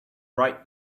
right